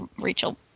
rachel